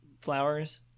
Flowers